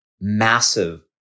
massive